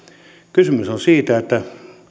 kysymys on siitä että